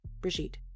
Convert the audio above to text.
Brigitte